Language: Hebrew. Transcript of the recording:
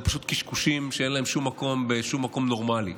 הם פשוט קשקושים שאין להם מקום בשום מקום נורמלי.